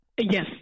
Yes